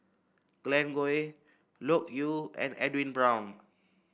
Glen Goei Loke Yew and Edwin Brown